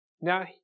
Now